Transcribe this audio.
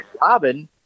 Robin